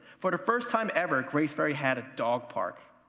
for the first time ever graceberry had a dog park,